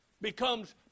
becomes